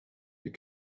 you